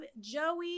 Joey